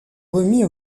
remis